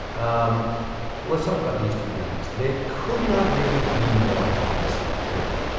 um let's talk about these two guys. they could not really be more opposite could they?